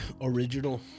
Original